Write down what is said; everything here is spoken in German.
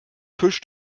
fisch